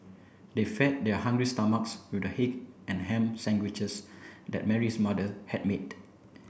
they fed their hungry stomachs with the egg and ham sandwiches that Mary's mother had made